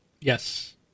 Yes